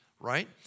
right